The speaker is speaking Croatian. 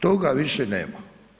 Toga više nema.